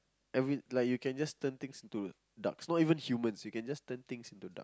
every like you can just turn things into ducks not even humans you can just turn things into ducks